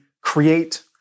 create